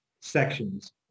sections